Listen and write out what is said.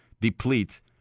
depletes